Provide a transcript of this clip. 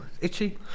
itchy